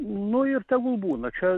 nu ir tegul būna čia